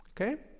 Okay